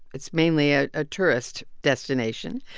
it's mainly a ah tourist destination.